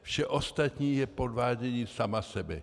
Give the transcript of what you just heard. Vše ostatní je podvádění sama sebe.